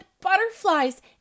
butterflies